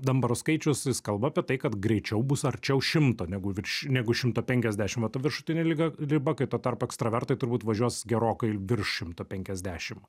danbaro skaičius jis kalba apie tai kad greičiau bus arčiau šimto negu virš negu šimto penkiasdešim va ta viršutinė liga riba kai tuo tarpu ekstravertai turbūt važiuos gerokai virš šimto penkiasdešim